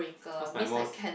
what's my most